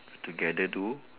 together do